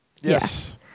Yes